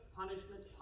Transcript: punishment